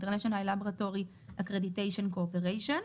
international laboratory accreditation cooperation .